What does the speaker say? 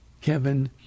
Kevin